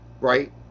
right